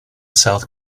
south